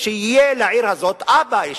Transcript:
ויהיה לעיר הזאת אבא,